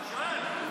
אני שואל.